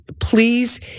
please